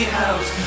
house